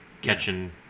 catching